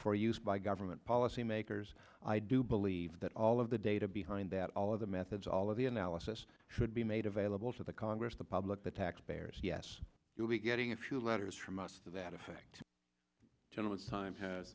for use by government policymakers i do believe that all of the data behind that all of the methods all of the analysis should be made available to the congress the public the taxpayers yes you'll be getting a few letters from us to that effect gentleman's time has